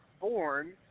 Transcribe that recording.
born